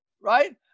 right